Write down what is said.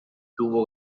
tuvo